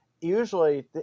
usually